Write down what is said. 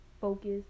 Focus